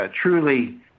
Truly